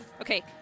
Okay